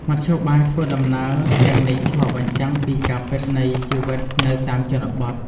មធ្យោបាយធ្វើដំណើរទាំងនេះឆ្លុះបញ្ចាំងពីការពិតនៃជីវិតនៅតាមជនបទ។